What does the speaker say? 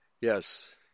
Yes